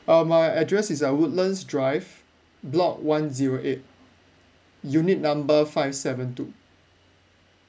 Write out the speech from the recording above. err my address is uh woodlands drive block one zero eight unit number five seven two